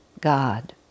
God